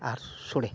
ᱟᱨ ᱥᱳᱲᱮ